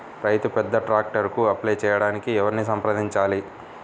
రైతు పెద్ద ట్రాక్టర్కు అప్లై చేయడానికి ఎవరిని సంప్రదించాలి?